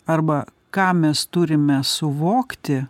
arba ką mes turime suvokti